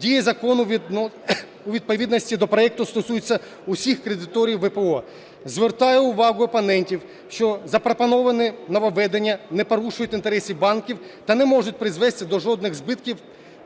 Дія закону у відповідності до проекту стосується усіх кредиторів ВПО. Звертаю увагу опонентів, що запропоновані нововведення не порушують інтереси банків та не можуть призвести до жодних збитків.